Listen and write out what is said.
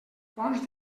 fonts